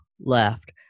left